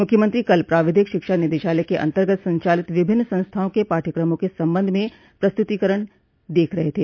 मुख्यमंत्री कल प्राविधिक शिक्षा निदेशालय के अन्तर्गत संचालित विभिन्न संस्थाओं के पाठ्यक्रमों के संबंध में प्रस्तुतीकरण देख रहे थे